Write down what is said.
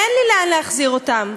אין לי לאן להחזיר אותם,